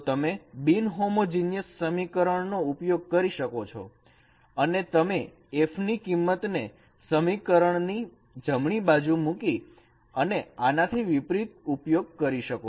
તો તમે બિનહોમોજીનીયસ સમીકરણ નો ઉપયોગ કરી શકો છો અને તમે f ની કિંમત ને સમીકરણ ની જમણી બાજુ મૂકીને તમે આનાથી વિપરીત ઉપયોગ કરી શકો છો